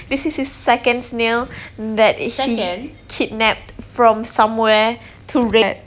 this the second snail that is he kidnapped from somewhere to rear